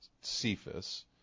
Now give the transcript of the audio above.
Cephas